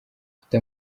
mfite